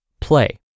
Play